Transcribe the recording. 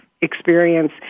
experience